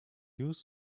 use